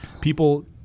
people